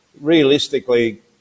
realistically